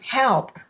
help